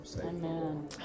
Amen